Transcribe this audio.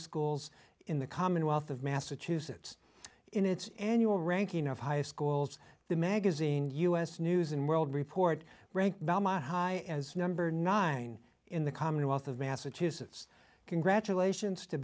schools in the commonwealth of massachusetts in its annual ranking of high schools the magazine u s news and world report rank high as number nine in the commonwealth of massachusetts congratulations to